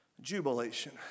Jubilation